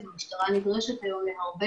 המשטרה לא מסוגלת לעבור מדלת לדלת.